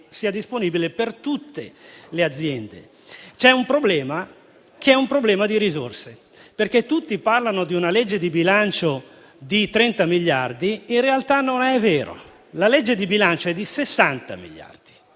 sia disponibile per tutte le aziende. C'è però un problema, relativo alle risorse. Tutti, infatti, parlano di una legge di bilancio di 30 miliardi, ma in realtà non è vero. La legge di bilancio è di 60 miliardi,